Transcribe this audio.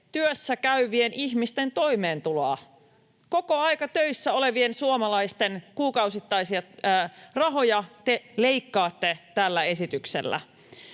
työssäkäyvien ihmisten toimeentuloa. Kokoaikatöissä olevien suomalaisten kuukausittaisia rahoja te leikkaatte tällä esityksellä.